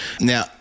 Now